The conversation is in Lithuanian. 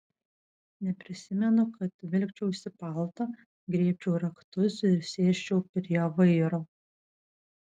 neprisimenu kad vilkčiausi paltą griebčiau raktus ir sėsčiau prie vairo